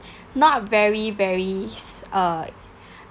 not very very uh